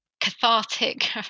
cathartic